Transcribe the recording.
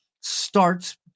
starts